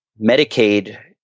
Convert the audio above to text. Medicaid